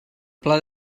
pla